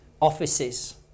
Offices